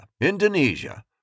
Indonesia